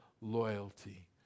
loyalty